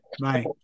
Bye